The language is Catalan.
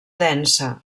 densa